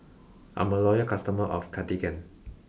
I'm a loyal customer of Cartigain